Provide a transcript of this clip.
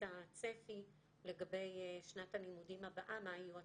הצפי לגבי שנת הלימודים הבאה מה יהיו התוספות.